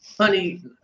Honey